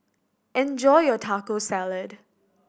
enjoy your Taco Salad